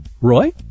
Roy